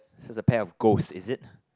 so is a pair of ghost is it